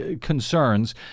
concerns